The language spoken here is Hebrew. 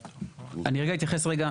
אני רגע אתייחס רגע,